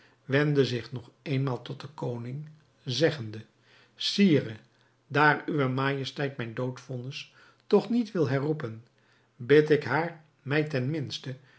wendde zich nog éénmaal tot den koning zeggende sire daar uwe majesteit mijn doodvonnis toch niet wil herroepen bid ik haar mij ten minste